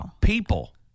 people